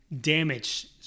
damage